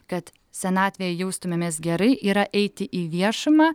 kad senatvėje jaustumėmės gerai yra eiti į viešumą